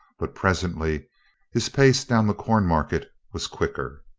but presently his pace down the cornmarket was quicker.